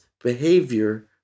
behavior